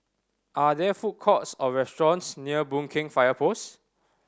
are there food courts or restaurants near Boon Keng Fire Post